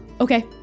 Okay